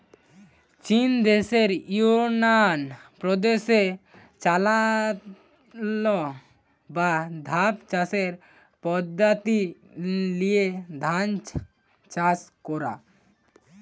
চিন দেশের ইউনান প্রদেশে চাতাল বা ধাপ চাষের পদ্ধোতি লিয়ে ধান চাষ কোরা